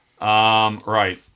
Right